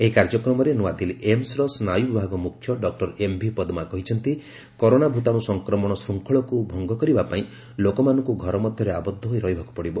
ଏହି କାର୍ଯ୍ୟକ୍ରମରେ ନ୍ତଆଦିଲ୍ଲୀ ଏମସ୍ର ସ୍ନାୟୁ ବିଭାଗ ମୁଖ୍ୟ ଡକ୍ର ଏମ୍ଭି ପଦ୍କା କହିଛନ୍ତି କରୋନା ଭୂତାଣୁ ସଂକ୍ରମଣ ଶୃଙ୍ଖଳକୁ ଭଙ୍ଗ କରିବା ପାଇଁ ଲୋକମାନଙ୍କୁ ଘର ମଧ୍ୟରେ ଆବଦ୍ଧ ହୋଇ ରହିବାକୁ ପଡ଼ିବ